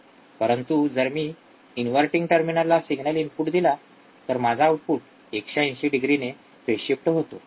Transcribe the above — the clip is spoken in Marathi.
परंतु जर मी इन्वर्टींग टर्मिनलला सिग्नल इनपुट दिला तर माझा आउटपुट १८० डिग्रीने फेज शिफ्ट होतो